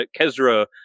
Kezra